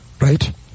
Right